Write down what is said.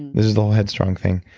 this is the whole headstrong thing.